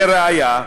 לראיה,